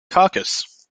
caracas